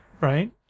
right